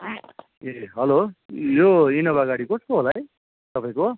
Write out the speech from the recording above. के अरे हेलो यो इनोभा गाडी कसको होला है तपाईँको हो